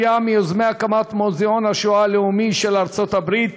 היה מיוזמי הקמת מוזיאון השואה הלאומי של ארצות-הברית